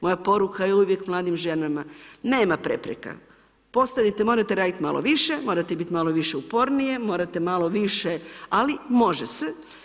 Moja poruka je uvijek mladim ženama, nema prepreka, morate radit malo više, morate bit malo više upornije, morate malo više, ali može se.